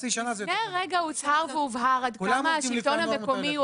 לפני רגע הוצהר והובהר עד כמה השלטון המקומי הוא